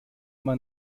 man